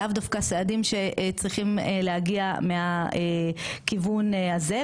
לאו דווקא סעדים שצריכים להגיע מהכיוון הזה,